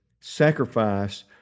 sacrifice